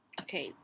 Okay